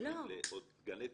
גני תקשורת.